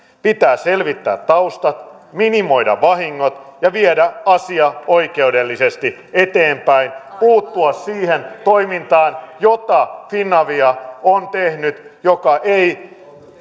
pitää selvittää taustat minimoida vahingot ja viedä asia oikeudellisesti eteenpäin puuttua siihen toimintaan jota finavia on tehnyt ja joka ei